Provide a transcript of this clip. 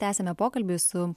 tęsiame pokalbį su